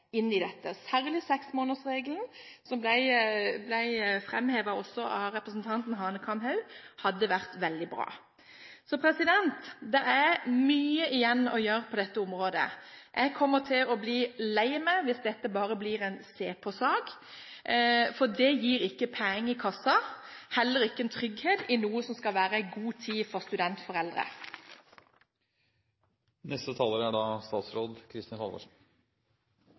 dette. Særlig det å se på seksmånedersregelen, noe som ble framhevet også av representanten Hanekamhaug, hadde vært veldig bra. Så det er mye igjen å gjøre på dette området. Jeg kommer til å bli lei meg hvis dette bare blir en «se på»-sak. Det gir ikke «peeng» i kassa, heller ikke trygghet i det som skal være en god tid for studentforeldre. I min kommentar om studentbarnehager er